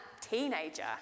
teenager